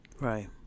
Right